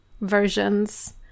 versions